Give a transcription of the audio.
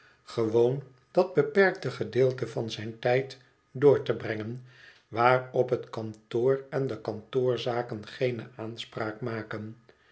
gewoon dat beperkte gedeelte van zijn tijd door te brengen waarop het kantoor en de kantoorzaken geene aanspraak maken